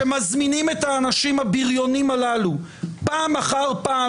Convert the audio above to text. שמזמינים את האנשים הבריונים הללו פעם אחר פעם